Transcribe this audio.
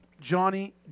Johnny